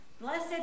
Blessed